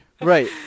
Right